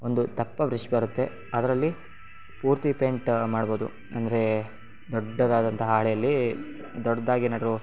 ಒಂದು ದಪ್ಪ ಬ್ರೆಷ್ ಬರುತ್ತೆ ಅದರಲ್ಲಿ ಪೂರ್ತಿ ಪೇಂಯ್ಟ್ ಮಾಡ್ಬೋದು ಅಂದರೆ ದೊಡ್ಡದಾದಂಥ ಹಾಳೇಲ್ಲಿ ದೊಡ್ದಾಗಿ ಏನಾದ್ರು